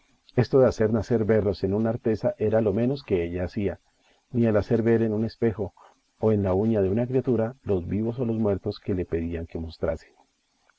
esto de hacer nacer berros en una artesa era lo menos que ella hacía ni el hacer ver en un espejo o en la uña de una criatura los vivos o los muertos que le pedían que mostrase